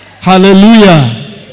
Hallelujah